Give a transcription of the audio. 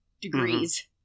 degrees